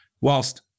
whilst